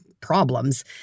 problems